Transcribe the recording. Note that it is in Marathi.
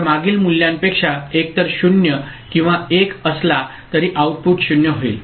तर मागील मूल्यांपेक्षा एकतर 0 किंवा 1 असला तरी आउटपुट 0 होईल